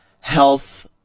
health